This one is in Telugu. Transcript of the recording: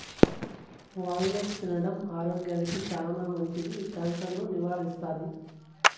వాల్ నట్ తినడం ఆరోగ్యానికి చానా మంచిది, క్యాన్సర్ ను నివారిస్తాది